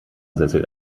sessel